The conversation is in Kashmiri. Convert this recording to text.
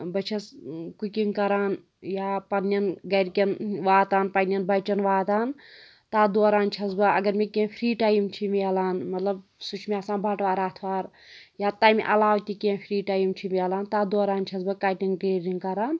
بہٕ چھَس کُکِنگ کَران یا پنٛنٮ۪ن گَرِکٮ۪ن واتان پنٛنٮ۪ن بَچَن واتان تَتھ دوران چھَس بہٕ اگر مےٚ کینٛہہ فِرٛی ٹایم چھِ میلان مطلب سُہ چھِ مےٚ آسان بَٹہٕ وار آتھوار یا تَمہِ علاوٕ تہِ کینٛہہ فِرٛی ٹایم چھِ میلان تَتھ دوران چھَس بہٕ کَٹِنٛگ ٹیلرِنٛگ کَران